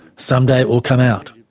someday it will come out.